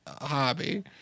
hobby